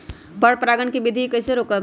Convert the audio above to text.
पर परागण केबिधी कईसे रोकब?